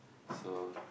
so